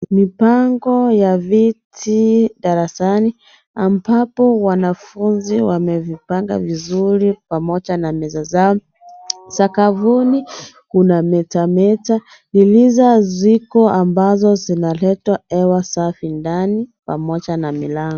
Mipango ya viti darasani ambapo wanafunzi wamevipanga vizuri pamoja na meza zao sakafuni kunametameta dirisha ziko ambazo zinaleta hewa safi ndani pamoja na milango.